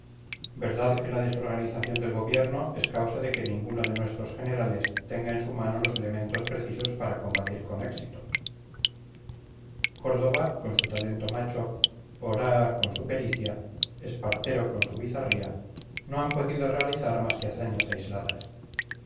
verdad que la desorganización del gobierno es causa de que ninguno de nuestros generales tenga en su mano los elementos precisos para combatir con éxito córdova con su talento macho oraa con su pericia espartero con su bizarría no han podido realizar más que hazañas aisladas